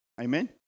Amen